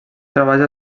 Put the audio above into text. treballs